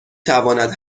تواند